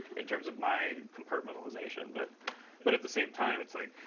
in terms of my compartmentalisation. but but at the same time, it's like,